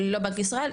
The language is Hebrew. לא בנק ישראל,